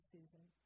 Susan